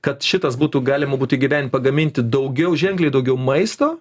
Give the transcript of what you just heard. kad šitas būtų galima būtų įgyvendint pagaminti daugiau ženkliai daugiau maisto